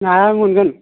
नाया मोनगोन